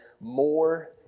more